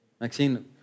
Maxine